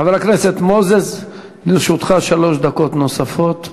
חבר הכנסת מוזס, לרשותך שלוש דקות נוספות,